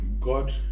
God